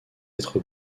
être